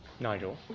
Nigel